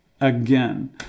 again